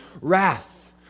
wrath